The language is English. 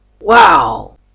Wow